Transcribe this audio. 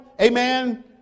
Amen